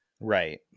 right